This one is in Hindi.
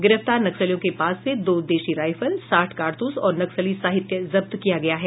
गिरफ्तार नक्सलियों के पास से दो देशी राइफल साठ कारतूस और नक्सली साहित्य जब्त किया गया है